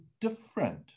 different